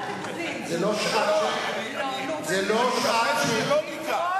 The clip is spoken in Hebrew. זו לוגיקה,